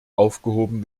aufgehoben